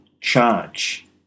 charge